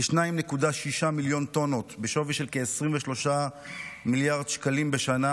כ-2.6 מיליון טונות בשווי של כ-23 מיליארד שקלים בשנה